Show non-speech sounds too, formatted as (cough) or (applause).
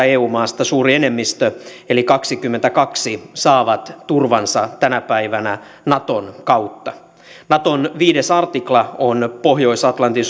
(unintelligible) eu maasta suuri enemmistö eli kaksikymmentäkaksi saa turvansa tänä päivänä naton kautta naton viides artikla on pohjois atlantin (unintelligible)